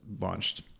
launched